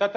jos